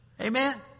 Amen